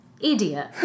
idiot